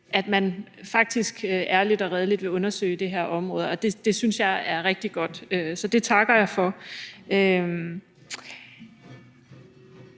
at man faktisk ærligt og redeligt vil undersøge det her område. Det synes jeg er rigtig godt, så det takker jeg for.